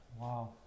Wow